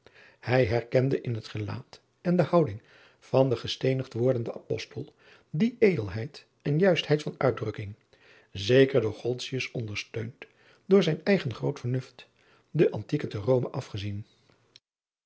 ij herkende in het gelaat en de houding van den gesteenigd wordenden postel die edelheid en juistheid van uitdrukking zeker door ondersteund door zijn eigen groot vernuft den ntieken te ome afgezien